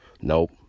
Nope